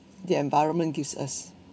the environment gives us